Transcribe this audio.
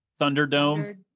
Thunderdome